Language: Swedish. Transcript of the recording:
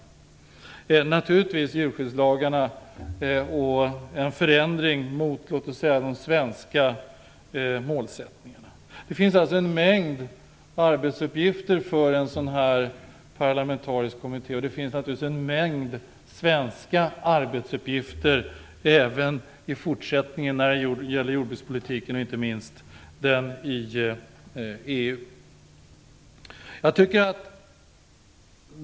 Det gäller naturligtvis också djurskyddslagarna och att få en förändring mot de svenska målsättningarna. Det finns alltså en mängd arbetsuppgifter för en parlamentarisk kommitté, och det finns även i fortsättningen en mängd svenska arbetsuppgifter när det gäller jordbrukspolitiken, inte minst den i EU.